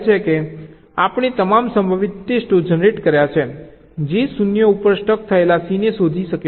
તેથી આપણે તમામ સંભવિત ટેસ્ટો જનરેટ કર્યા છે જે 0 ઉપર સ્ટક થયેલા C ને શોધી શકે છે